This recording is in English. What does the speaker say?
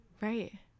Right